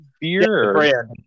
beer